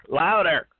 louder